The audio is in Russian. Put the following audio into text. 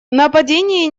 нападения